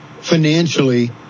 financially